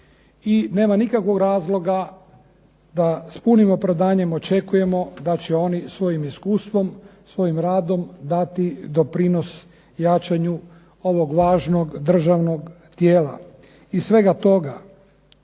i nema nikakvog razloga da s punim opravdanjem očekujemo da će oni svojim iskustvom, svojim radom dati doprinos jačanju ovog važnog državnog tijela. Iz svega toga,